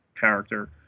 character